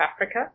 Africa